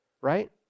Right